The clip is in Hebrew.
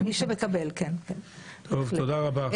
תודה רבה.